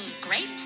grapes